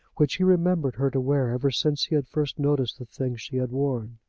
which he remembered her to wear ever since he had first noticed the things she had worn.